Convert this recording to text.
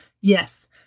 Yes